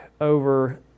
over